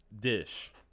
dish